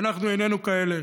ואנחנו איננו כאלה.